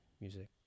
music